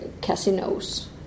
casinos